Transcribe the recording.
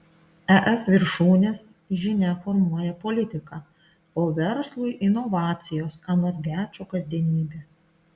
es viršūnės žinia formuoja politiką o verslui inovacijos anot gečo kasdienybė